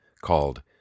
called